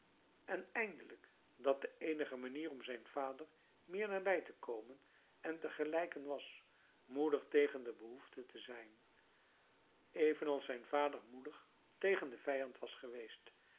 en eindelijk dat de eenige manier om zijn vader meer nabij te komen en te gelijken was moedig tegen de behoefte te zijn evenals zijn vader moedig tegen den vijand was geweest